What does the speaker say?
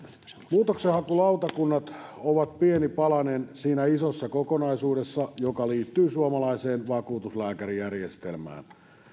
muutoksenhakulautakunnat ovat pieni palanen siinä isossa kokonaisuudessa joka liittyy suomalaiseen vakuutuslääkärijärjestelmään